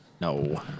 No